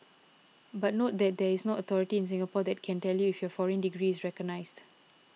but note that there is no authority in Singapore that can tell you if your foreign degree is recognised